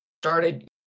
started